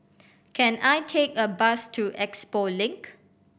can I take a bus to Expo Link